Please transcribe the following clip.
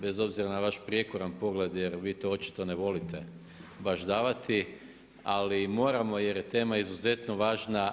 Bez obzira na vaš prijekoran pogled, jer vi to očito ne volite baš davati, ali moramo jer je tema izuzetno važna.